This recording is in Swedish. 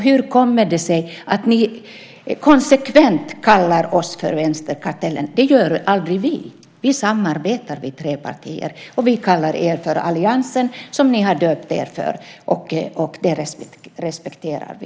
Hur kommer det sig att ni konsekvent kallar oss för vänsterkartellen? Det gör aldrig vi. Vi tre partier samarbetar. Vi kallar er för alliansen som ni har döpt er till, och det respekterar vi.